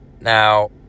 Now